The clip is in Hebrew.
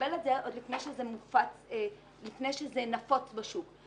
לקבל את זה עוד לפני שזה נפוץ בשוק.